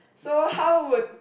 so how would